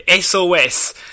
SOS